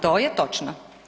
To je točno.